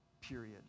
Period